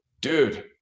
dude